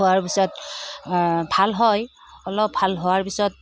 খোৱাৰ পিছত ভাল হয় অলপ ভাল হোৱাৰ পিছত